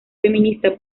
feminista